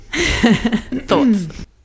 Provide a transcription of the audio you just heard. Thoughts